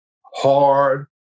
Hard